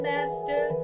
Master